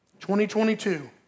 2022